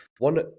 One